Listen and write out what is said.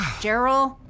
Gerald